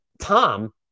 Tom